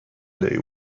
day